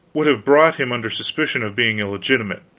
would have brought him under suspicion of being illegitimate.